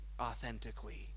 authentically